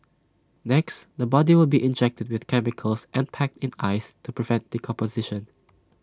next the body will be injected with chemicals and packed in ice to prevent decomposition